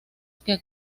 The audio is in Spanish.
que